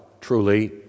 truly